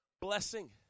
blessing